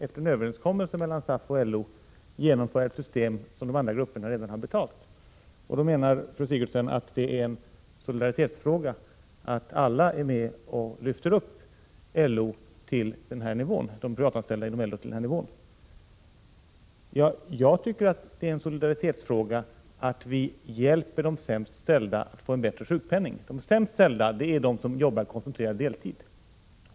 Efter en överenskommelse mellan SAF och LO skall man lagvägen genomföra ett system som andra grupper redan har betalt. Fru Sigurdsen menar att det är en fråga om solidaritet att alla är med och lyfter upp de privatanställda LO-medlemmarna till den här nivån. Jag tycker att det är en solidaritetsfråga att vi hjälper de sämst ställda att få en bättre sjukpenning. De sämst ställda är de som jobbar koncentrerad deltid.